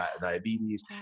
diabetes